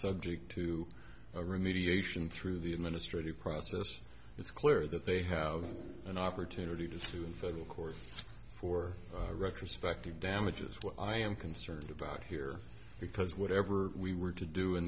subject to remediation through the administrative process it's clear that they have an opportunity to sue in federal court for retrospective damages what i am concerned about here because whatever we were to do in